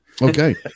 Okay